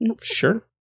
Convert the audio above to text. sure